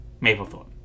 Maplethorpe